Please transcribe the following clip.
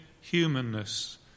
humanness